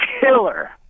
killer